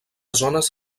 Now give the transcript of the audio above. zones